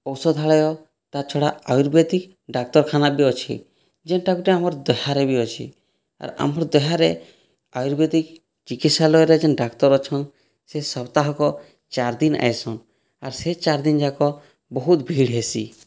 ଔଷଧାଳୟ ତା ଛଡ଼ା ଆୟୁର୍ବେଦିକ୍ ଡ଼ାକ୍ତରଖାନା ବି ଅଛି ଯେନ୍ଟା ଗୋଟେ ଆମର୍ ଦାହାରେ ବି ଅଛି ଆର୍ ଆମ ଦାହାରେ ଆୟୁର୍ବେଦିକ୍ ଚିକିତ୍ସାଳୟରେ ଯେନ୍ ଡ଼ାକ୍ତର୍ ଅଛନ୍ ସେ ସପ୍ତାହକ ଚାର୍ ଦିନ୍ ଆଏସନ୍ ଆର୍ ସେ ଚାର୍ ଦିନ୍ ଯାକ ବହୁତ୍ ଭିଡ଼୍ ହେଇସି